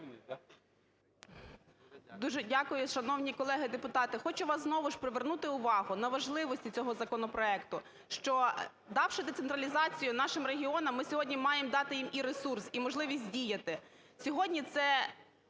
Дуже дякую. Шановні колеги депутати, хочу вас знову ж привернути увагу на важливості цього законопроекту, що, давши децентралізацію нашим регіонам, ми сьогодні маємо дати їм і ресурс, і можливість діяти. Сьогодні це